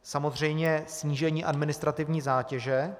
Samozřejmě snížení administrativní zátěže.